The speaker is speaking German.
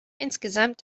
insgesamt